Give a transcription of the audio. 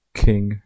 king